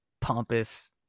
pompous